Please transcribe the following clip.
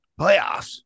Playoffs